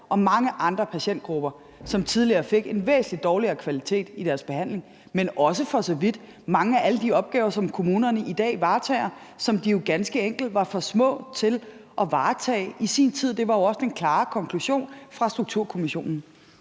og mange andre patientgrupper, som tidligere fik en væsentlig dårligere kvalitet i deres behandling, men for så vidt også hvad angår alle de mange andre opgaver, som kommunerne i dag varetager, og som de jo ganske enkelt var for små til at varetage i sin tid. Det var jo også den klare konklusion fra Strukturkommissionen.